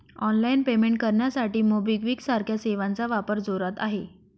online payment करण्यासाठी MobiKwik सारख्या सेवांचा वापर जोरात आहे